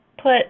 put